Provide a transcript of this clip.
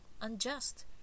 unjust